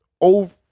over